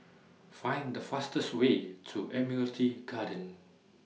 Find The fastest Way to Admiralty Garden